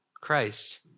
Christ